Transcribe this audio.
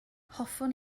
hoffwn